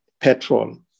petrol